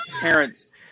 parents